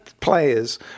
players